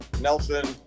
nelson